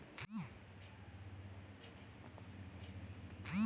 Current bill phone banking ద్వారా కట్టడం అవ్తుందా?